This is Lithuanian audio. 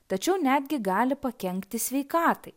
tačiau netgi gali pakenkti sveikatai